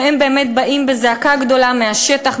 והם באמת באים בזעקה גדולה מהשטח,